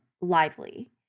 lively